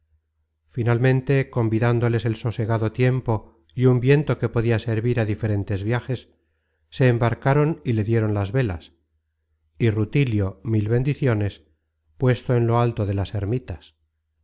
finalmente convidándoles el sosegado tiempo y un viento que podia servir a diferentes viajes se embarcaron y le dieron las velas y rutilio mil bendiciones puesto en lo alto de las ermitas